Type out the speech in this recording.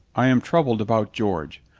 i am troubled about george.